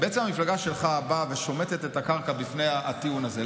בעצם המפלגה שלך באה ושומטת את הקרקע מתחת הטיעון הזה.